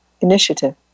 initiative